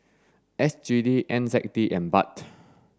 S G D N Z D and Baht